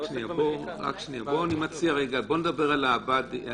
בואו נדבר על המבד"ים.